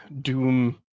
Doom